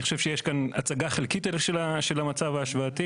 אני חושב שיש כאן הצגה חלקית של המצב ההשוואתי.